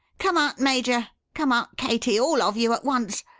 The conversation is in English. come out, major! come out, katie all of you at once!